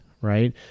right